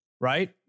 right